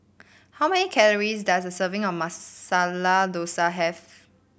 how many calories does a serving of Masala Dosa have